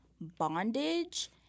bondage